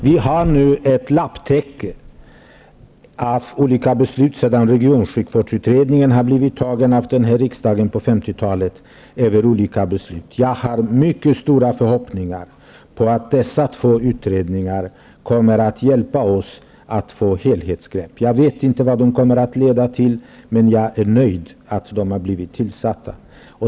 Vi har nu ett lapptäcke av olika beslut alltsedan beslut om regionsjukvården fattades i riksdagen på 50-talet. Jag har mycket stora förhoppningar på att dessa två utredningar skall hjälpa oss att ta ett helhetsgrepp. Jag vet inte vad det kommer att leda till, men jag är nöjd över att de har blivit tillsatta.